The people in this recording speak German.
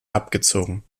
abgezogen